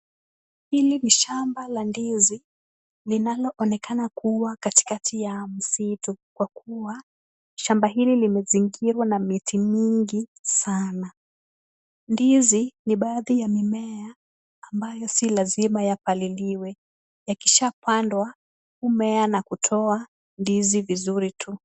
Hili ni shamba la ndizi linaloonekana kuwa katikati ya msitu kwa kuwa shamba hili limezingirwa na miti mingi sana. Ndizi ni baadhi ya mimea ambayo si lazima yapaliliwe. Yakishapandwa humea na kutoa ndizi vizuri tu.